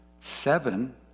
Seven